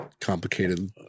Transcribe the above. complicated